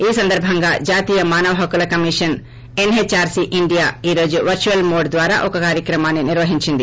ఈ సందర్బంగా జాతీయ మానవ హక్కుల కమిషన్ ఎన్హెచ్ఆర్సి ఇండియా ఈ రోజు వర్సువల్ మోడ్ ద్వారా ఒక కార్వక్రమాన్ని నిర్వహించింది